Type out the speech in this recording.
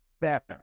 better